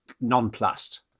nonplussed